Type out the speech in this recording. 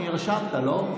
נראה לי שנרשמת, לא?